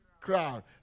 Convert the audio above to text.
crowd